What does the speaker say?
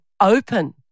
open